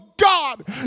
God